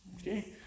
Okay